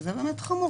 שזה באמת חמור.